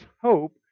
hope